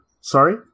Sorry